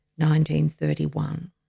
1931